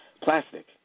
plastic